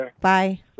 Bye